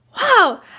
Wow